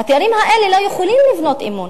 והתארים האלה לא יכולים לבנות אמון